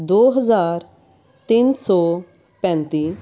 ਦੋ ਹਜ਼ਾਰ ਤਿੰਨ ਸੌ ਪੈਂਤੀ